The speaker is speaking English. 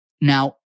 Now